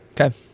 Okay